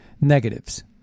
negatives